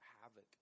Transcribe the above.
havoc